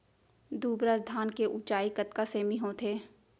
दुबराज धान के ऊँचाई कतका सेमी होथे?